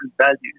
values